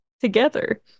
together